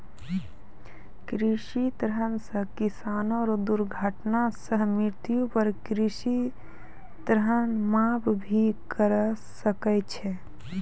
कृषि ऋण सह किसानो रो दुर्घटना सह मृत्यु पर कृषि ऋण माप भी करा सकै छै